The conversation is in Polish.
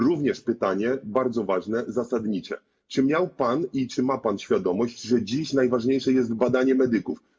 Również pytanie bardzo ważne, zasadnicze: Czy miał pan i czy ma pan świadomość, że dziś najważniejsze jest badanie medyków?